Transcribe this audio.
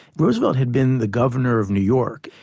roosevelt had been the governor of new york,